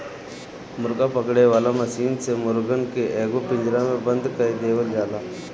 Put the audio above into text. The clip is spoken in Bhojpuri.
मुर्गा पकड़े वाला मशीन से मुर्गन के एगो पिंजड़ा में बंद कअ देवल जाला